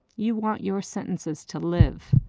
you want your sentences to live,